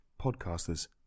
podcasters